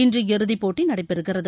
இன்று இறுதிப்போட்டி நடைபெறுகிறது